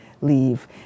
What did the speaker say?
leave